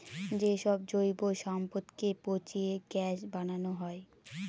যে সব জৈব সম্পদকে পচিয়ে গ্যাস বানানো হয়